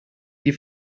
die